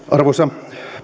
arvoisa